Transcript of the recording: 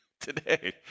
today